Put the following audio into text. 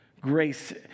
Grace